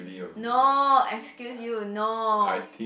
no excuse you no